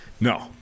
No